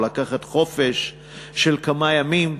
או לקחת חופשה של כמה ימים,